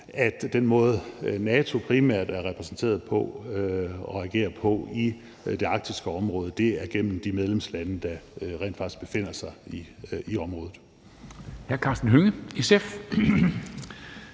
at den måde, NATO primært er repræsenteret på og agerer på i det arktiske område, er gennem de medlemslande, der rent faktisk befinder sig i området.